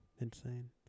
Insane